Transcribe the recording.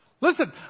listen